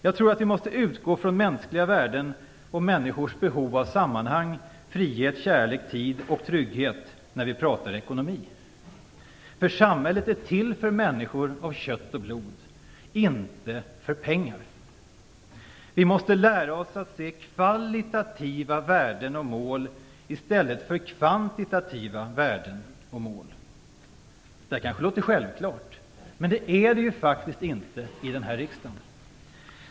Jag tror att vi måste utgå från mänskliga värden och människors behov av sammanhang, frihet, kärlek, tid och trygghet när vi pratar ekonomi. För samhället är till för människor av kött och blod, inte för pengar. Vi måste lära oss att se kvalitativa värden och mål i stället för kvantitativa värden och mål. Det här kanske låter självklart, men det är det faktiskt inte i den här riksdagen.